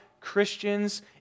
Christians